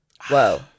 Whoa